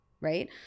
right